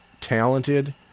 talented